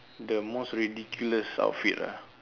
the most ridiculous outfit ah